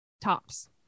tops